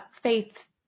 faith